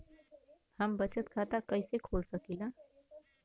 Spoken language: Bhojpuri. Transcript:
हम बचत खाता कईसे खोल सकिला?